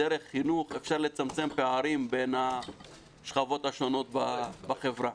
שדרך חינוך אפשר לצמצם פערים בין השכבות השונות בחברה.